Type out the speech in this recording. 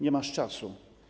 Nie masz czasu.